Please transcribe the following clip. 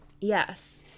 Yes